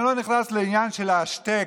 אני לא נכנס לעניין של ההשתק,